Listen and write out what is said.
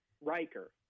Riker